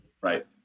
Right